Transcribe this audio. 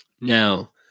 now